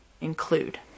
include